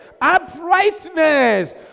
uprightness